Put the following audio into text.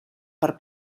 per